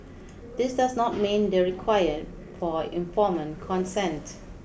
this does not meet the required for informed consent